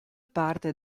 parte